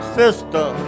sister